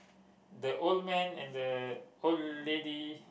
the old man and the old lady